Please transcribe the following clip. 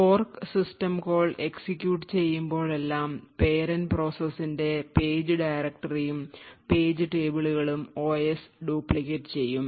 fork system call execute ചെയ്യുമ്പോഴെല്ലാം parent പ്രോസസിന്റെ page ഡയറക്ടറിയും പേജ് table കളും OS duplicate ചെയ്യും